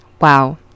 Wow